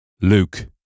Luke